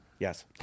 Yes